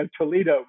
Toledo